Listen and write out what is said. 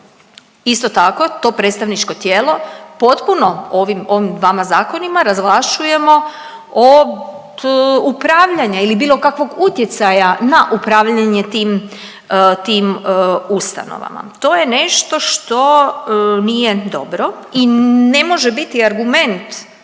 Isto tako to predstavničko tijelo potpuno ovim dvama zakonima razvlašćujemo od upravljanja ili bilo kakvog utjecaja na upravljanje tim ustanovama. To je nešto što nije dobro i ne može biti argument